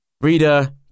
Reader